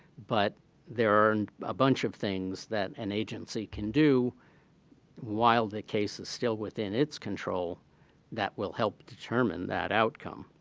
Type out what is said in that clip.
but there are a bunch of things that an agency can do while the case is still within its control that will help determine that outcome.